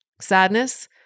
Sadness